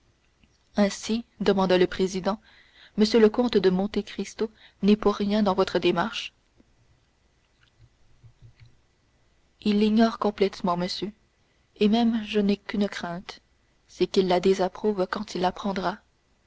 ainsi demanda le président m le comte de monte cristo n'est pour rien dans votre démarche il l'ignore complètement monsieur et même je n'ai qu'une crainte c'est qu'il la désapprouve quand il l'apprendra